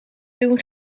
doen